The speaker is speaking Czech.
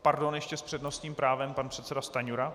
Pardon, ještě s přednostním právem pan předseda Stanjura.